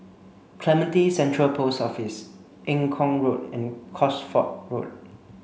Clementi Central Post Office Eng Kong Road and Cosford Road